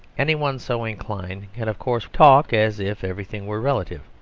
any one so inclined can of course talk as if everything were relative.